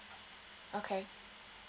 okay